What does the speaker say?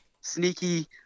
sneaky